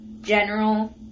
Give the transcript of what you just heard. general